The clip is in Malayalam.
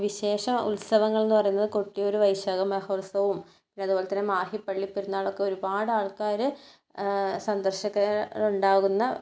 വിശേഷം ഉത്സവങ്ങൾ എന്ന് പറയുന്നത് കൊട്ടിയൂര് വൈശാഖ മഹോത്സവവും പിന്നെ അതുപോലെ തന്നെ മാഹി പള്ളി പെരുന്നാളൊക്കെ ഒരുപാട് ആൾക്കാർ സന്ദർശകർ ഉണ്ടാകുന്ന